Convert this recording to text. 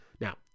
Now